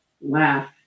laugh